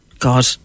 God